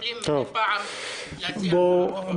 יכולים מדי פעם להציע הצעות טובות.